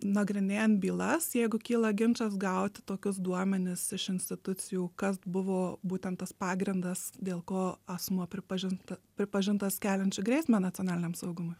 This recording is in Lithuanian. nagrinėjant bylas jeigu kyla ginčas gauti tokius duomenis iš institucijų kas buvo būtent tas pagrindas dėl ko asmuo pripažinta pripažintas keliančiu grėsmę nacionaliniam saugumui